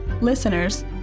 listeners